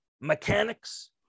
Mechanics